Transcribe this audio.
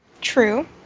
True